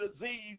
disease